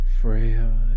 Freya